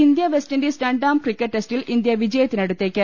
India West Indies രണ്ടാം cricket ടെസ്റ്റിൽ India വിജ യത്തിനടുത്തേക്ക്